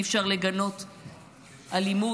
אי-אפשר לגנות אלימות,